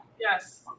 Yes